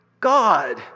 God